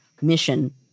mission